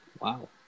Wow